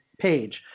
page